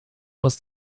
was